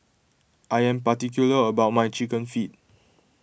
I am particular about my Chicken Feet